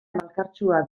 malkartsua